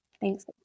Thanks